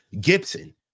Gibson